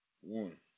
One